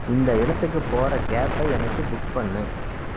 இந்த இடத்துக்கு போகிற கேபை எனக்கு புக் பண்ணு